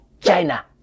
China